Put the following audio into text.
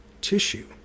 tissue